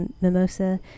mimosa